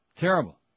Terrible